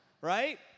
Right